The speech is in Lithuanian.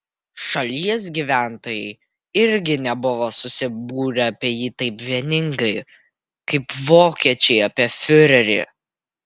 šalies gyventojai irgi nebuvo susibūrę apie jį taip vieningai kaip vokiečiai apie fiurerį